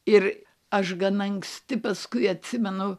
ir aš gana anksti paskui atsimenu